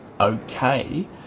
okay